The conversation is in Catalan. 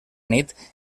nit